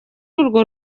urwo